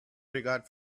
regard